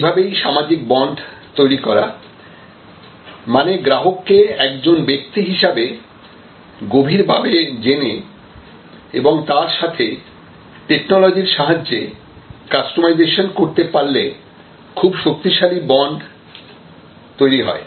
এইভাবেই সামাজিক বন্ড তৈরি করা মানে গ্রাহককে একজন ব্যক্তি হিসাবে গভীর ভাবে জেনে এবং তার সাথে টেকনোলজির সাহায্যে কাস্টমাইজেশন করতে পারলে খুব শক্তিশালী বন্ড তৈরি হয়